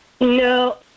No